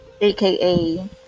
aka